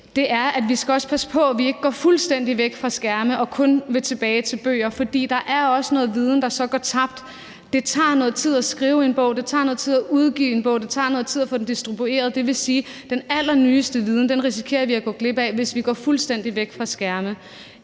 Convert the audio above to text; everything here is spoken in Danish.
med, er, at vi skal passe på, at vi ikke går fuldstændig væk fra skærme og kun vil tilbage til bøgerne, for der er også noget viden, der så går tabt. Det tager noget tid at skrive en bog, det tager noget tid at udgive en bog, og det tager noget tid at få den distribueret. Det vil sige, at den allernyeste viden risikerer vi at gå glip af, hvis vi går fuldstændig væk fra skærme.